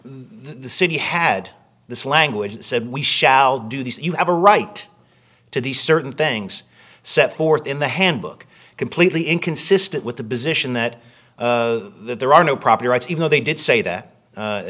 e city had this language and said we shall do this you have a right to these certain things set forth in the handbook completely inconsistent with the position that there are no property rights even though they did say that